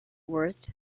worth